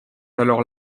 alors